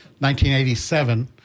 1987